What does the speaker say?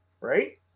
right